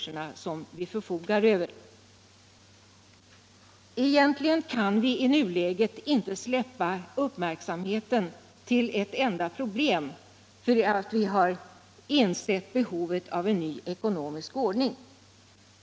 | Internationellt utvecklingssamar Egentligen kan vi i nuläget inte släppa uppmärksamheten på ett enda problem för att vi insett behovet av en ny ekonomisk ordning.